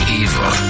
evil